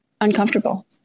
uncomfortable